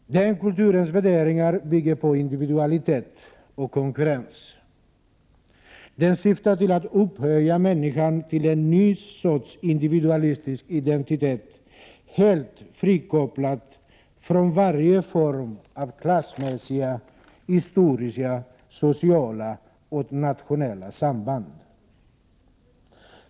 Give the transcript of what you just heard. Denna kulturs värderingar bygger på individualitet och konkurrens. Den syftar till att upphöja människan till en ny sorts individualistisk identitet helt frikopplad från varje form av klassmässiga, historiska, sociala och nationella samband.